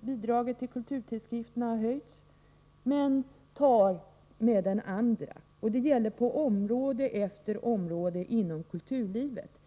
bidraget till kulturtidskrifterna har helt riktigt höjts — men tar med den andra. Detta gäller på område efter område inom kulturlivet.